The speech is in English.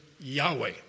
Yahweh